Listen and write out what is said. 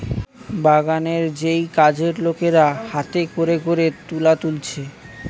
বাগানের যেই কাজের লোকেরা হাতে কোরে কোরে তুলো তুলছে